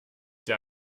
der